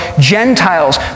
Gentiles